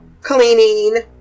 cleaning